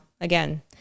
again